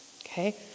okay